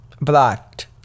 blocked